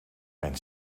mijn